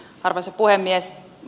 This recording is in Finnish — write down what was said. arvoisa puhemies